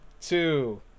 two